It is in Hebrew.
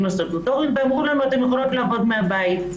הסטטוטוריים ואמרו לנו: אתן יכולות לעבוד מן הבית.